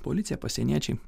policija pasieniečiai